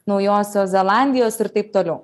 naujosios zelandijos ir taip toliau